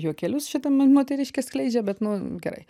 juokelius šita moteriškė skleidžia bet nu gerai